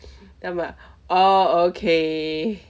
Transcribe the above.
then I'm like oh okay